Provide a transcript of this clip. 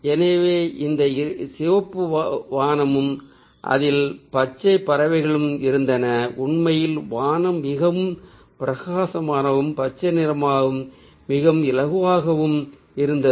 எனவே இந்த சிவப்பு வானமும் அதில் பச்சை பறவைகளும் இருந்தன உண்மையில் வானம் மிகவும் பிரகாசமாகவும் பச்சை நிறமும் மிகவும் இலகுவாகவும் இருந்தது